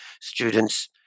students